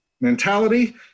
mentality